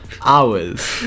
hours